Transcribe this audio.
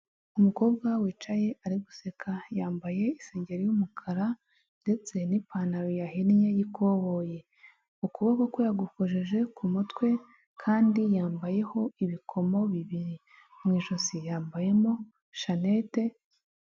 Umukobwa wicaye ari guseka, yambaye isengeri y'umukara ndetse n'ipantaro yahinnye y'ikoboyi. Ukuboko kwe yagukojeje ku mutwe kandi yambayeho ibikomo bibiri. Mu ijosi yambayemo shanete...